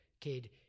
kid